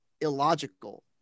illogical